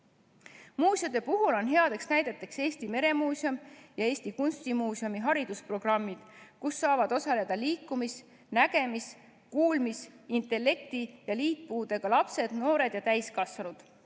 Muuseumide puhul on headeks näideteks Eesti Meremuuseum ja Eesti Kunstimuuseum oma haridusprogrammidega, mida saavad kasutada liikumis-, nägemis-, kuulmis-, intellekti- ja liitpuudega lapsed, noored ja täiskasvanud.